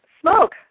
smoke